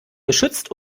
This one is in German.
geschützt